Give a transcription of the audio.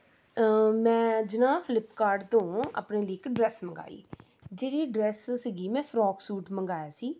ਅ ਮੈਂ ਅੱਜ ਨਾ ਫਲਿਪਕਾਟ ਤੋਂ ਆਪਣੇ ਲਈ ਇਕ ਡਰੈੱਸ ਮੰਗਵਾਈ ਜਿਹੜੀ ਡਰੈੱਸ ਸੀਗੀ ਮੈਂ ਫ਼ਰਾਕ ਸੂਟ ਮੰਗਾਇਆ ਸੀ